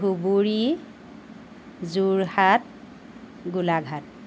Dhubri Jorhat Golaghat